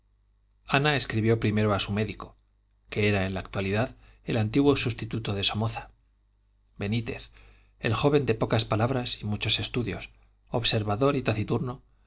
ana escribió primero a su médico que era en la actualidad el antiguo sustituto de somoza benítez el joven de pocas palabras y muchos estudios observador y taciturno